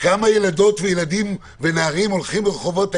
כמה ילדות וילדים ונערים הולכים ברחובות העיר?